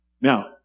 Now